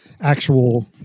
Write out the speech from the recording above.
actual